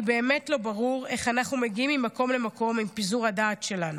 כי באמת לא ברור איך אנחנו מגיעים ממקום למקום עם פיזור הדעת שלנו,